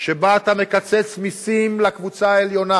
שבה אתה מקצץ מסים לקבוצה העליונה,